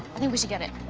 i think we should get it.